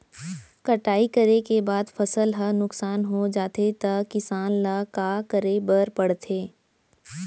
कटाई करे के बाद फसल ह नुकसान हो जाथे त किसान ल का करे बर पढ़थे?